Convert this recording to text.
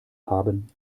haben